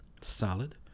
Solid